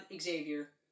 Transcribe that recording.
Xavier